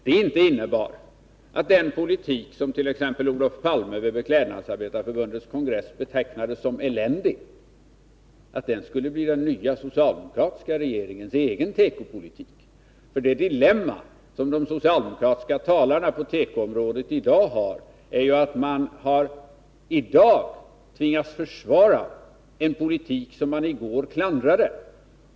De kunde inte tro att den politik som t.ex. Olof Palme vid Beklädnadsarbetarnas förbunds kongress betecknade som eländig skulle bli den nya socialdemokratiska regeringens tekopolitik. Det dilemma som de socialdemokratiska talarna i dag står inför beträffande tekoområdet är ju att de nu tvingas försvara en politik som de förut klandrade.